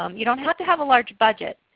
um you don't have to have a large budget,